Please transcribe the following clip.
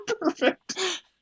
perfect